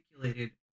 articulated